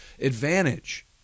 advantage